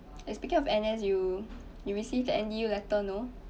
it's because of N_S you you receive any letter no